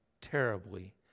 terribly